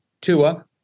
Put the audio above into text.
Tua